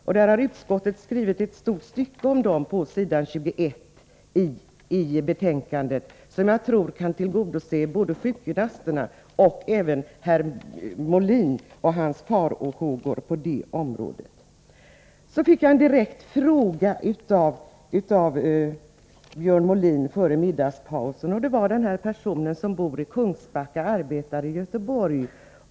Om dem har utskottet skrivit ett stort stycke på s. 21 i betänkandet, som jag tror kan tillfredsställa både sjukgymnasterna och Björn Molin. Före middagspausen fick jag en direkt fråga av Björn Molin, nämligen om en person som bor i Kungsbacka och som arbetar i Göteborg.